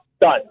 Done